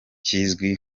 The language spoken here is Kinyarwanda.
kizwi